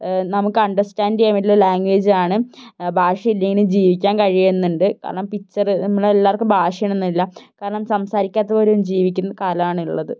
നമുക്ക് അഡർസ്റ്റാൻ്റ് ചെയ്യാൻ വേണ്ടിയുള്ള ലാംഗ്വേജാണ് ഭാഷയില്ലെങ്കിലും ജീവിക്കാൻ കഴിയുന്നുണ്ട് കാരണം പിക്ചറ് നമ്മളെല്ലാവർക്കും ഭാഷയൊന്നുമില്ല കാരണം സംസാരിക്കാത്തവരും ജീവിക്കുന്ന കാലമാണ് ഉള്ളത്